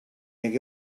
hagué